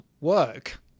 work